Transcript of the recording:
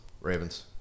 Ravens